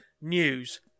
News